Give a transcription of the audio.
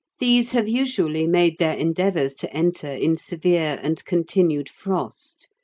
these have usually made their endeavours to enter in severe and continued frost,